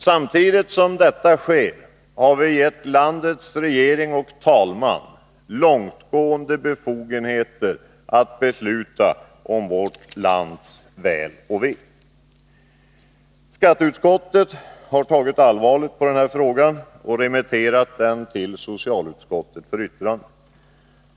Samtidigt har vi givit landets regering och talman långtgående befogenheter att besluta om vårt lands väl och Nr 140 Skatteutskottet har tagit allvarligt på den här frågan och remitterat den till 5 maj 1983 socialutskottet för yttrande.